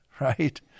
right